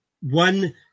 one